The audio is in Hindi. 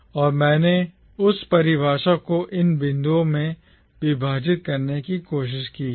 और मैंने उस परिभाषा को इन बिंदुओं में विभाजित करने की कोशिश की है